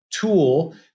tool